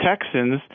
Texans